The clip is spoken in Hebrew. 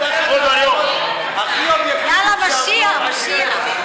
יאללה, משיח, משיח.